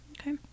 Okay